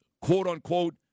quote-unquote